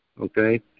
okay